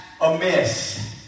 amiss